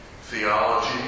theology